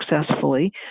successfully